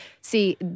See